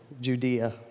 Judea